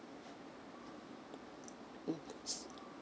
mm